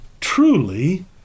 Truly